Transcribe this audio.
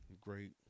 great